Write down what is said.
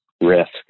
risk